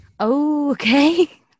Okay